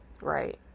right